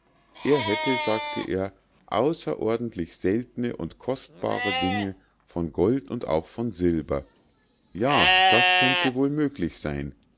er hätte sagte er außerordentlich seltne und kostbare dinge von gold und auch von silber ja das könnte wohl möglich sein